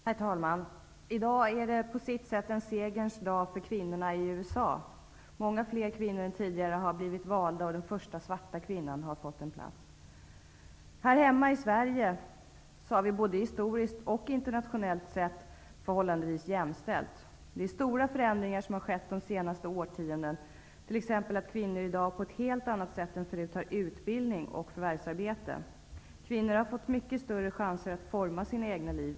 Herr talman! I dag är det sitt sätt en segerns dag för kvinnorna i USA. Många fler kvinnor är tidigare har blivit valda, och den första svarta kvinnan har fått en plats i senaten. Här hemma i Sverige har vi det, både historiskt och internationellt sett, förhållandevis jämställt. Det är stora förändringar som har skett de senaste årtiondena. I dag har kvinnor t.ex. på ett helt annat sätt än förr utbildning och förvärvsarbete. Kvinnor har fått mycket större chanser att forma sina egna liv.